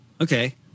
Okay